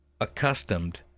accustomed